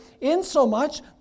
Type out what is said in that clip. insomuch